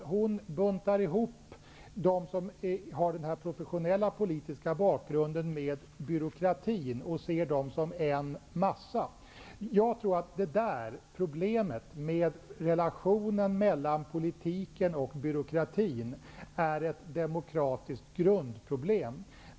Gudrun Schyman buntar ihop dem som har den professionella politiska bakgrunden med byråkraterna och ser dem som en massa. Jag tror att relationen mellan politiken och byråkratin är ett demokratiskt grundproblem.